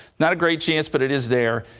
not a great chance, but it is there.